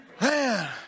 Man